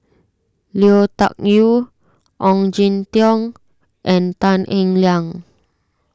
Lui Tuck Yew Ong Jin Teong and Tan Eng Liang